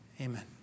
Amen